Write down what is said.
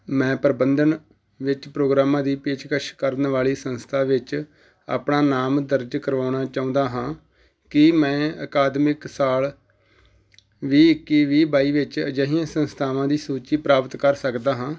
ਮੈਂ ਪ੍ਰਬੰਧਨ ਵਿੱਚ ਪ੍ਰੋਗਰਾਮਾਂ ਦੀ ਪੇਸ਼ਕਸ਼ ਕਰਨ ਵਾਲੀ ਸੰਸਥਾ ਵਿੱਚ ਆਪਣਾ ਨਾਮ ਦਰਜ ਕਰਵਾਉਣਾ ਚਾਹੁੰਦਾ ਹਾਂ ਕੀ ਮੈਂ ਅਕਾਦਮਿਕ ਸਾਲ ਵੀਹ ਇੱਕੀ ਵੀਹ ਬਾਈ ਵਿੱਚ ਅਜਿਹੀਆਂ ਸੰਸਥਾਵਾਂ ਦੀ ਸੂਚੀ ਪ੍ਰਾਪਤ ਕਰ ਸਕਦਾ ਹਾਂ